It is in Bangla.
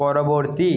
পরবর্তী